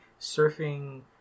surfing